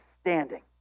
standing